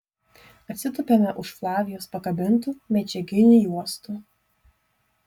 atsitupiame už flavijos pakabintų medžiaginių juostų